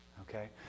Okay